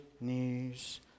news